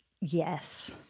Yes